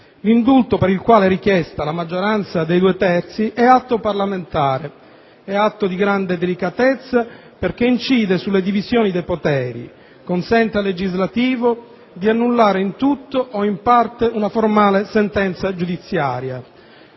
L'indulto, per il quale è richiesta la maggioranza dei due terzi, è atto parlamentare, è atto di grande delicatezza perché incide sulla divisione dei poteri: consente al legislativo di annullare in tutto o in parte una formale sentenza giudiziaria.